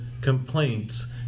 complaints